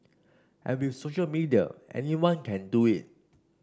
and with social media anyone can do it